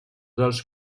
els